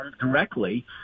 directly